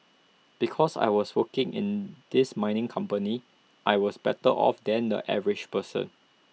because I was working in this mining company I was better off than the average person